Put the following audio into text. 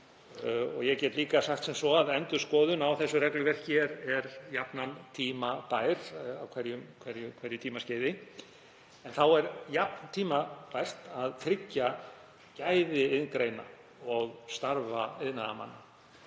Ég get líka sagt sem svo að endurskoðun á þessu regluverki er jafnan tímabær á hverju tímaskeiði, en þá er jafn tímabært að tryggja gæði iðngreina og starfa iðnaðarmanna